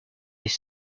les